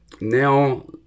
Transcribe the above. now